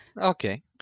Okay